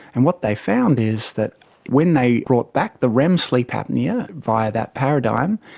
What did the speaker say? and what they found is that when they brought back the rem sleep apnoea via that paradigm,